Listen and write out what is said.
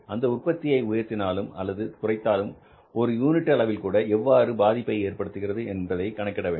அந்த உற்பத்தியை உயர்த்தினாலும் அல்லது குறைத்தாலும் ஒரு யூனிட் அளவில்கூட எவ்வாறு பாதிப்பை ஏற்படுத்துகிறது என்பதை கணக்கிட வேண்டும்